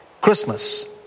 Christmas